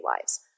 lives